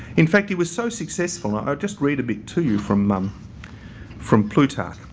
in fact, he was so successful and i'll just read a bit to you from um from plutarch.